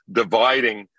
dividing